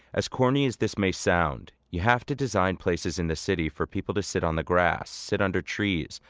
as corny as this may sound you have to design places in the city for people to sit on the grass, sit under trees,